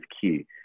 key